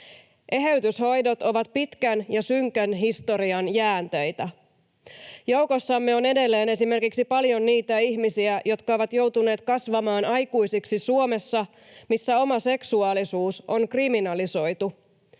Eheytyshoidot ovat pitkän ja synkän historian jäänteitä. Joukossamme on edelleen esimerkiksi paljon niitä ihmisiä, jotka ovat joutuneet kasvamaan aikuisiksi Suomessa, missä oma seksuaalisuus on kriminalisoitu.